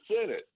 Senate